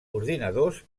ordinadors